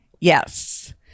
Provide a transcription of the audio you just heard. yes